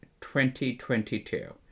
2022